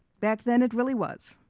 back then it really was.